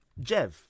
Jev